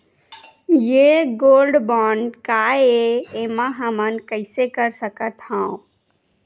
ये gold bond काय ए एमा हमन कइसे कर सकत हव?